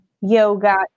yoga